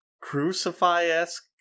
crucify-esque